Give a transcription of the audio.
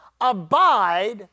abide